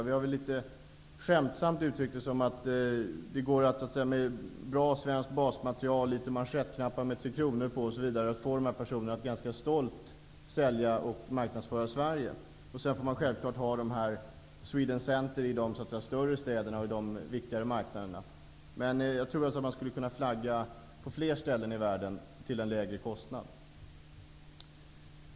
Vi har uttryckt det litet skämtsamt och sagt att det, med bra svenskt basmaterial, litet manschettknappar med tre kronor på osv., går att få dessa personer att ganska stolt sälja och marknadsföra Sverige. Sedan får vi självfallet ha dessa Sweden center i de större städerna och på de viktigare marknaderna. Jag tror att vi skulle kunna flagga på fler ställen i världen till en lägre kostnad.